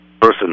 person